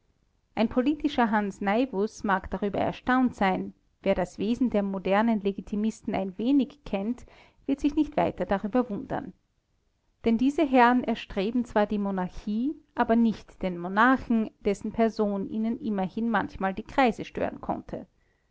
ein politischer hans naivus mag darüber erstaunt sein wer das wesen der modernen legitimisten ein wenig kennt wird sich nicht weiter darüber wundern denn diese herren erstreben zwar die monarchie aber nicht den monarchen dessen person ihnen immerhin manchmal die kreise stören könnte